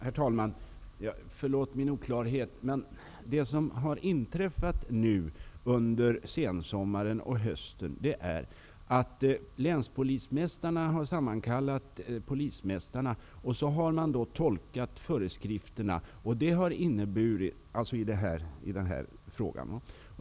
Herr talman! Förlåt min oklarhet. Under sensommaren och hösten har den situationen inträffat att länspolismästarna har sammankallat polismästarna. De har sedan tolkat föreskrifterna i den här frågan.